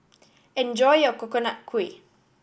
enjoy your Coconut Kuih